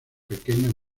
pequeños